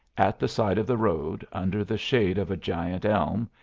at the side of the road, under the shade of a giant elm,